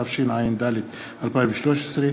התשע"ד 2013,